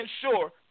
sure